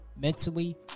Mentally